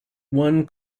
one